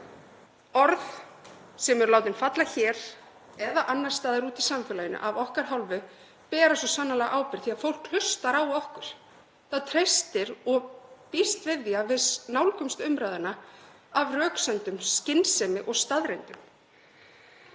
Orð sem eru látin falla hér eða annars staðar úti í samfélaginu af okkar hálfu bera svo sannarlega ábyrgð því að fólk hlustar á okkur. Það treystir og býst við því að við nálgumst umræðuna með röksemdum, skynsemi og staðreyndum.